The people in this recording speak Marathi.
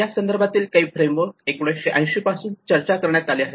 यासंदर्भातील काही फ्रेमवर्क 1980 पासून चर्चा करण्यात आले आहेत